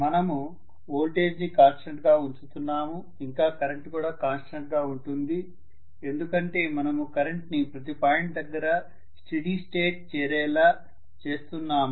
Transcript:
మనము వోల్టేజ్ ని కాన్స్టెంట్ గా ఉంచుతున్నాము ఇంకా కరెంటు కూడా కాన్స్టెంట్ గా ఉంటుంది ఎందుకంటే మనము కరెంటుని ప్రతి పాయింట్ దగ్గర స్టీడి స్టేట్ చేరేలా చేస్తున్నాము